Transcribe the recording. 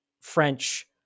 French